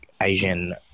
Asian